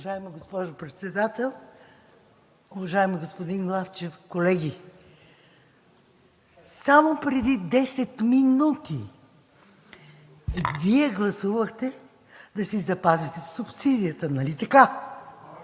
Уважаема госпожо Председател, уважаеми господин Главчев, колеги! Само преди 10 минути Вие гласувахте да си запазите субсидията, нали така?